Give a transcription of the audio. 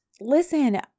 listen